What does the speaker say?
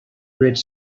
rich